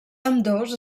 ambdós